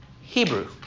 Hebrew